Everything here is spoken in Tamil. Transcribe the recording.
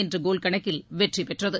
என்ற கோல்கணக்கில் வெற்றிபெற்றது